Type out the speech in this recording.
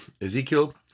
Ezekiel